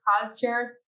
cultures